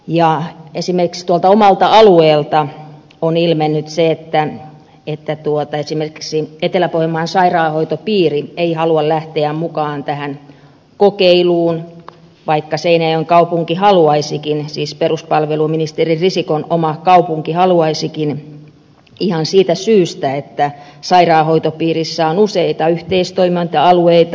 esimerkiksi omalta alueeltani on ilmennyt se että esimerkiksi etelä pohjanmaan sairaanhoitopiiri ei halua lähteä mukaan tähän kokeiluun vaikka seinäjoen kaupunki haluaisikin siis peruspalveluministeri risikon oma kaupunki ihan siitä syystä että sairaanhoitopiirissä on useita yhteistoiminta alueita